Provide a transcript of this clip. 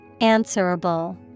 Answerable